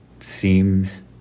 seems